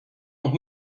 noch